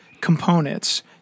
components